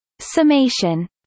Summation